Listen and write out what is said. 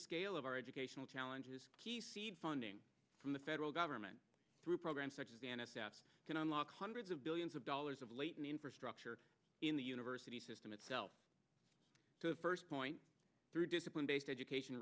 scale of our educational challenges key seed funding from the federal government through programs such as the n s f can unlock hundreds of billions of dollars of latent infrastructure in the university system itself to the first point through discipline based education